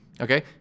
Okay